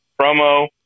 promo